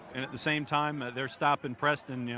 and, at the same time, they're stopping preston, yeah